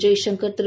Jai Shankar Thiru